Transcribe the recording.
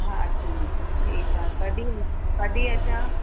हा अचूं ठीकु आहे कॾहिं कॾहिं अचां